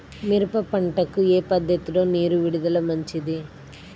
మిరప పంటకు ఏ పద్ధతిలో నీరు విడుదల మంచిది?